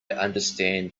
understand